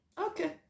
Okay